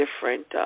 different